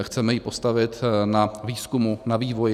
Chceme ji postavit na výzkumu, na vývoji.